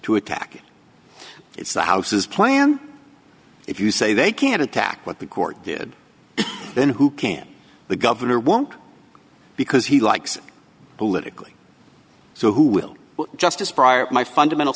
to attack it's the house's plan if you say they can't attack what the court did then who can the governor won't because he likes politically so who will justice prior to my fundamental